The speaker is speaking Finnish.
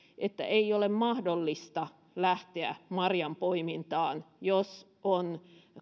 että ei ole mahdollista lähteä marjanpoimintaan jos on